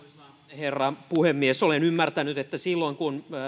herra puhemies olen ymmärtänyt että silloin kun